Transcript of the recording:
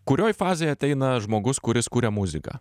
kurioj fazėj ateina žmogus kuris kuria muziką